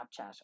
Snapchat